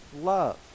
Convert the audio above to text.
love